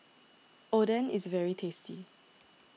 Oden is very tasty